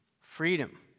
freedom